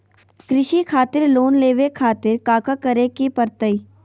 कृषि खातिर लोन लेवे खातिर काका करे की परतई?